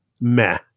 Meh